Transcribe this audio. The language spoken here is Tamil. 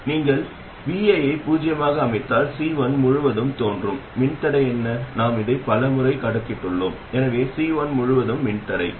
இப்போது நீங்கள் இங்கே வோ வெளியீட்டு மின்னழுத்தத்தைப் பார்த்தால் அது என்னவென்று எங்களுக்குத் தெரியும் நாங்கள் அதைக் கணக்கிட்டோம் பல முறை அது -gmRD||RLvi